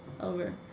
over